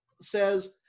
says